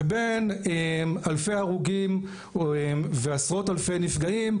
ובין אלפי הרוגים ועשרות אלפי נפגעים,